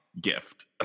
gift